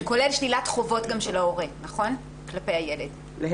זה כולל שלילת חובות גם של ההורה כלפי הילד, נכון?